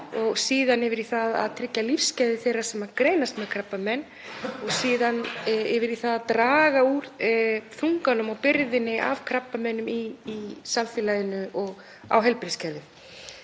og síðan yfir í það að tryggja lífsgæði þeirra sem greinast með krabbamein og að lokum yfir í það að draga úr þunganum og byrðinni af krabbameinum í samfélaginu og á heilbrigðiskerfið.